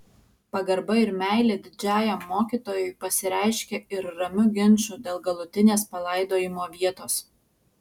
pagarba ir meilė didžiajam mokytojui pasireiškė ir ramiu ginču dėl galutinės palaidojimo vietos